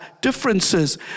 differences